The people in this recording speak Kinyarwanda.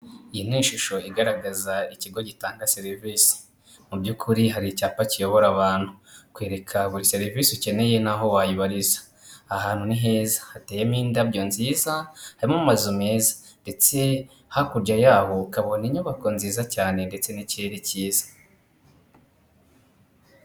Iyi ni ishusho igaragaza ikigo gitanga serivise, mu by'ukuri hari icyapa kiyobora abantu, kikwereka buri serivisi ukeneye n'aho wayibariza, ahantu ni heza hateyemo indabyo nziza. Harimo amazu meza, ndetse hakurya yaho ukabona inyubako nziza cyane, ndetse n'ikirere cyiza.